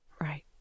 Right